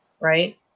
right